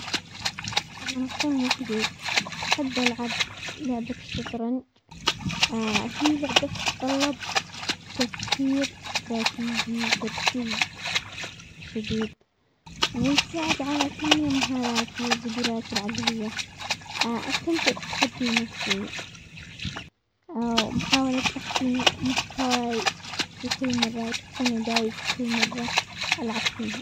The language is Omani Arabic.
لما اكون وحدي احب العب لعبة الشطرنج، هي لعبة تتطلب تفكير استراتيجي وتركيز شديد وتساعد على تنمية مهاراتي وقدراتي العقلية، استمتع بتحدي نفسي ومحاولة تحسين مستواي في كل مرة وتحسين اداءي في كل مرة العب فيها.